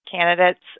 candidates